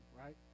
right